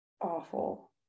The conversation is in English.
awful